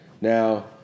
Now